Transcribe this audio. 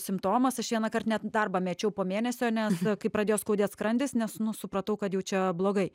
simptomas aš vienąkart net darbą mečiau po mėnesio nes kai pradėjo skaudėt skrandis nes nu supratau kad jau čia blogai